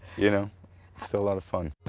you know still a lot of fun.